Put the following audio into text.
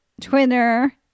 Twitter